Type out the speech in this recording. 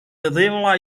edema